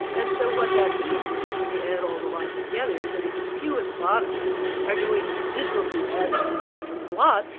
and so what that means is when you add all the lives together, that if a few at the bottom are doing miserably badly and suffering a lot,